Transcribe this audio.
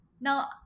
now